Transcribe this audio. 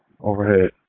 overhead